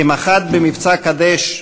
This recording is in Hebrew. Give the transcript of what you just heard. כמח"ט במבצע "קדש",